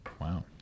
Wow